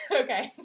okay